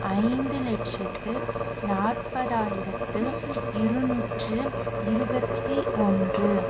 ஐந்து லட்சத்து நாற்பதாயிரத்து இருநூற்று இருபத்தி ஒன்று